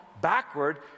backward